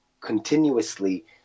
continuously